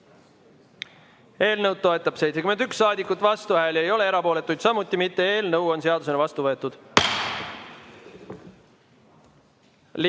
Eelnõu toetab 71 saadikut, vastuhääli ei ole, erapooletuid samuti mitte. Eelnõu on seadusena vastu võetud. Liigume